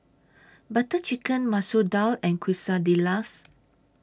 Butter Chicken Masoor Dal and Quesadillas